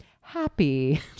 happy